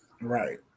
right